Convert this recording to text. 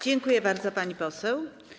Dziękuję bardzo, pani poseł.